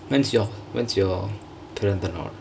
when's your what's your பிரந்தநாள்:pirandthanaal